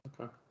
Okay